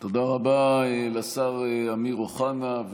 תודה רבה לשר אמיר אוחנה,